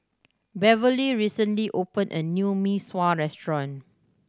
Beverly recently opened a new Mee Sua restaurant